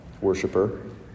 worshiper